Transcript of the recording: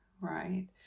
right